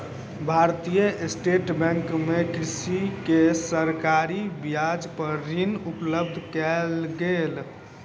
भारतीय state bank मे कृषक के सरकारी ब्याज पर ऋण उपलब्ध कयल गेल